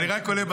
אני רק עולה,